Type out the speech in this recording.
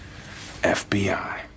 FBI